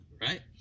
right